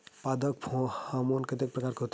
पादप हामोन के कतेक प्रकार के होथे?